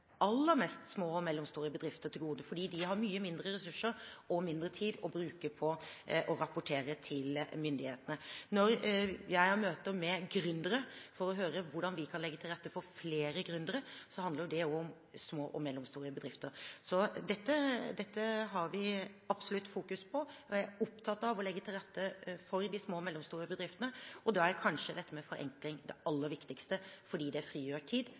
aller mest små og mellomstore bedrifter til gode, fordi de har mye mindre ressurser og mindre tid å bruke på å rapportere til myndighetene. Når jeg har møter med gründere for å høre hvordan vi kan legge til rette for flere gründere, handler det også om små og mellomstore bedrifter. Så dette fokuserer vi absolutt på. Jeg er opptatt av å legge til rette for de små og mellomstore bedriftene, og da er kanskje dette med forenkling det aller viktigste, fordi det frigjør tid